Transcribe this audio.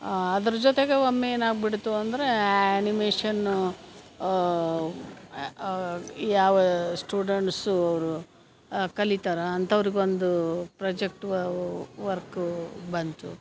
ಅದ್ರ ಜೊತೆಗೆ ಒಮ್ಮೆ ಏನಾಗಿಬಿಡ್ತು ಅಂದರೆ ಆ್ಯನಿಮೇಷನ್ನು ಯಾವ ಸ್ಟೂಡೆಂಟ್ಸು ಅವರು ಕಲಿತಾರ ಅಂಥವ್ರಿಗೊಂದು ಪ್ರೊಜೆಕ್ಟ್ ವರ್ಕೂ ಬಂತು